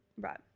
Right